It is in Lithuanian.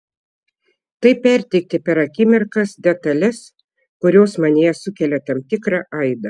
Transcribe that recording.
tai perteikti per akimirkas detales kurios manyje sukelia tam tikrą aidą